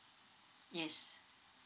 yes